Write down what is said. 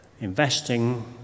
investing